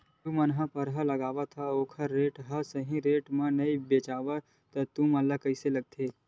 तू मन परहा लगाथव अउ ओखर हा सही रेट मा नई बेचवाए तू मन ला कइसे लगथे?